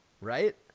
Right